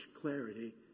clarity